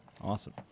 Awesome